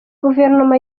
guverinoma